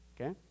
okay